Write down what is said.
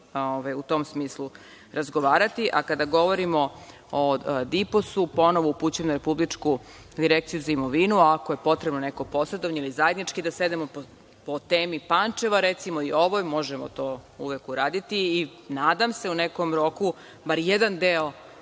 u tom smislu razgovarati. A kada govorimo o DIPOS-u, ponovo upućujem na republičku Direkciju za imovinu, a ako je potrebno neko posredovanje, već zajednički da sednemo po temi Pančeva, recimo i ovo je, možemo to uvek uraditi i nadam se u nekom roku, bar jedan deo